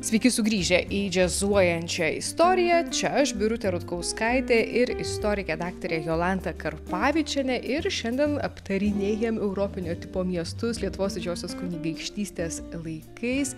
sveiki sugrįžę į džiazuojančią istoriją čia aš birutė rutkauskaitė ir istorikė daktarė jolanta karpavičienė ir šiandien aptarinėjam europinio tipo miestus lietuvos didžiosios kunigaikštystės laikais